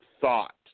thought